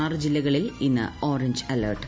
ആറു ജില്ലകളിൽ ഇന്ന് ഓറഞ്ച് അലെർട്ട്